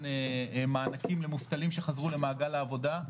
מענקים למובטלים שחזרו למעגל העבודה.